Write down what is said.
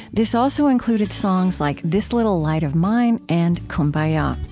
this also included songs like this little light of mine and kum bah ya.